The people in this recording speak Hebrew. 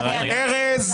ארז,